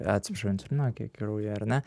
atsiprašau insulino kiekį kraujyje ar ne